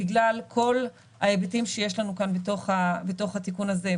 בגלל כל ההיבטים שיש לנו כאן בתוך התיקון הזה.